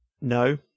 No